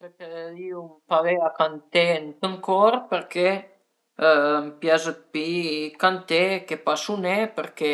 Preferirìu ëmparé a canté ënt ün cor perché a m'pias pi canté che pa suné perché